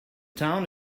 town